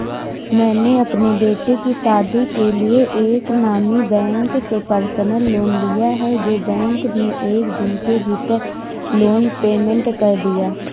मैंने अपने बेटे की शादी के लिए एक नामी बैंक से पर्सनल लोन लिया है जो बैंक ने एक दिन के भीतर लोन पेमेंट कर दिया